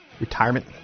Retirement